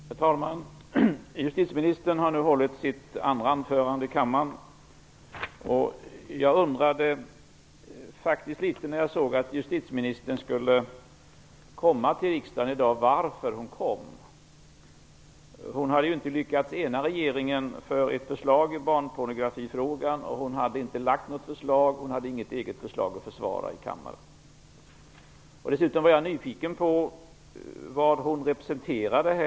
Herr talman! Justitieministern har nu hållit sitt andra anförande här i kammaren. När jag såg att justitieministern skulle komma till kammaren i dag undrade jag faktiskt litet över orsaken. Hon har inte lyckats ena regeringen för ett förslag i barnpornografifrågan och hon har inte lagt fram något eget förslag. Hon har inget eget förslag att försvara i kammaren. Jag var nyfiken på vem hon skulle representera i kammaren.